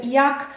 jak